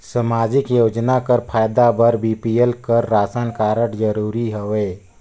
समाजिक योजना कर फायदा बर बी.पी.एल कर राशन कारड जरूरी हवे?